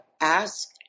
ask